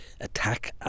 attack